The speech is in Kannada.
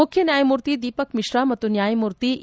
ಮುಖ್ಯನ್ಯಾಯಮೂರ್ತಿ ದೀಪಕ್ಮಿಶ್ರಾ ಮತ್ತು ನ್ಯಾಯಮೂರ್ತಿ ಎ